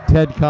Ted